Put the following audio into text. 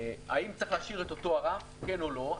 האם צריך להשאיר את אותו הרף, כן או לא?